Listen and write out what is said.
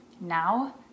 now